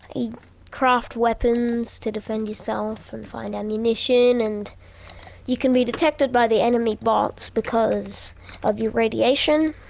you craft weapons to defend yourself, and find ammunition, and you can be detected by the enemy bots because of your radiation,